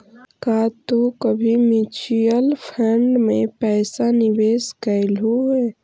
का तू कभी म्यूचुअल फंड में पैसा निवेश कइलू हे